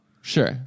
Sure